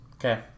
Okay